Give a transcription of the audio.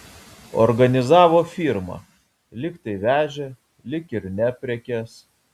organizavo firmą lyg tai vežė lyg ir ne prekes